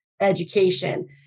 education